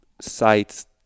sites